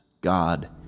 God